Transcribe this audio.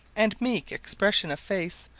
and meek expression of face,